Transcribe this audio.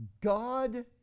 God